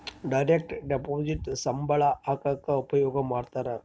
direct deposit ಸಂಬಳ ಹಾಕಕ ಉಪಯೋಗ ಮಾಡ್ತಾರ